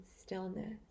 stillness